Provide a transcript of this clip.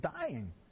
dying